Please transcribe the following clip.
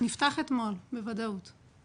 נפתח אתמול, בוודאות.